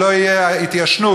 שלא תהיה התיישנות,